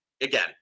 again